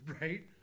Right